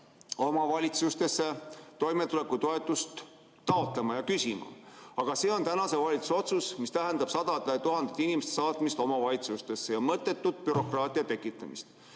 omavalitsustesse toimetulekutoetust taotlema ja küsima. Aga see on tänase valitsuse otsus, mis tähendab sadade tuhandete inimeste saatmist omavalitsustesse ja mõttetut bürokraatia tekitamist.